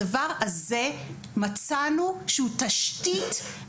הדבר הזה, מצאנו שהוא תשתית